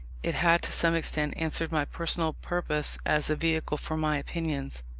it had to some extent answered my personal purpose as a vehicle for my opinions.